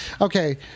Okay